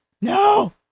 No